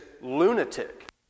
lunatic